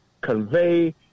convey